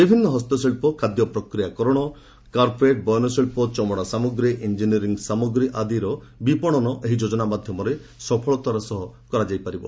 ବିଭିନ୍ନ ହସ୍ତଶିଳ୍ପ ଖାଦ୍ୟପ୍ରକ୍ରିୟା କରଣ କାରପେଟ୍ ବୟନଶିଳ୍ପ ଚମଡ଼ା ସାମଗ୍ରୀ ଇଞ୍ଜିନିୟରିଂ ସାମଗ୍ରୀ ଆଦିର ବିପଣନ ଏହି ଯୋକ୍ତନା ମାଧ୍ୟମରେ ସଫଳତାର ସହ କରାଯାଇ ପାରିବ